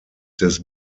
des